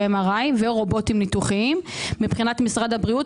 ו-MRI ורובוטים ניתוחיים מבחינת משרד הבריאות,